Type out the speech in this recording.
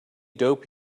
dope